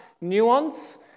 nuance